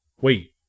Wait